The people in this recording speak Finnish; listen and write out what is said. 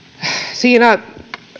siinä